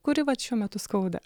kuri vat šiuo metu skauda